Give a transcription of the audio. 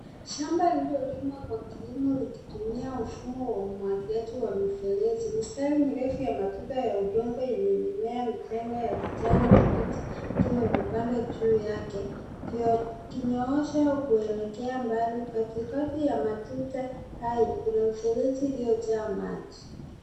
Shamba lililolimwa kwa kilimo likitumia mfumo wa umwagiliaji wa mifereji. Mistari mirefu ya matuta ya udongo yenye mimea michanga ya kijani kibichi ikiwa imepandwa juu yake, ikinyoosha kuelekea mbali. Katikati ya matuta hayo kuna mfereji iliyojaa maji.